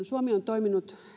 suomi on toiminut